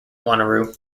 wanneroo